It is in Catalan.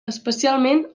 especialment